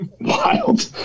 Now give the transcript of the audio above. Wild